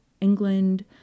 England